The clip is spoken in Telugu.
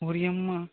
ఓరి నీ అమ్మ